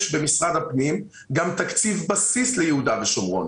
במשרד הפנים גם תקציב בסיס ליהודה ושומרון.